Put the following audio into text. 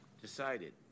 decided